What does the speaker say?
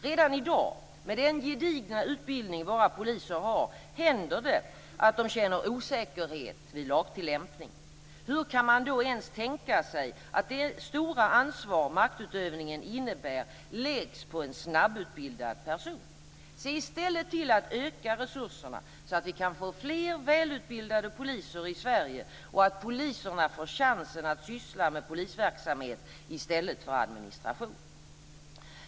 Redan i dag, med den gedigna utbildning våra poliser har, händer det att de känner osäkerhet vid lagtillämpning. Hur kan man då ens tänka sig att det stora ansvar maktutövningen innebär läggs på en snabbutbildad person? Se i stället till att öka resurserna, så att vi kan få fler välutbildade poliser i Sverige och att poliserna får chansen att syssla med polisverksamhet i stället för administration.